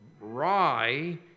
rye